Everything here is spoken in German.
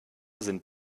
sind